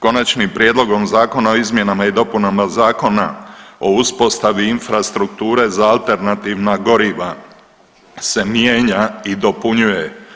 Konačni prijedlog Zakona o izmjenama i dopunama Zakona o uspostavi infrastrukture za alternativna goriva se mijenja i dopunjuje.